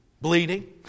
bleeding